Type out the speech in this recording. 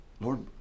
Lord